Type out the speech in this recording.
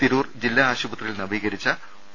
തിരൂർ ജില്ലാ ആശുപത്രിയിൽ നവീകരിച്ച ഒ